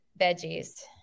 Veggies